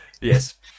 Yes